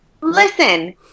Listen